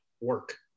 work